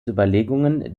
überlegungen